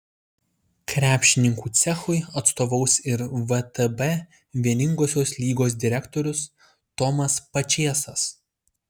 krepšininkų cechui atstovaus ir vtb vieningosios lygos direktorius tomas pačėsas